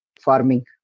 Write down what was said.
Farming